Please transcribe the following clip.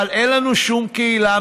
אבל אין לנו שום קהילה,